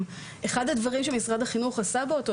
אחד הדברים שמשרד החינוך עשה באותה